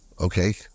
Okay